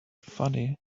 funny